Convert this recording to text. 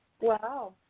Wow